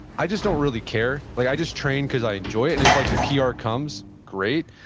i just don't really care. like i just train because i enjoy it and it's like the pr comes, great,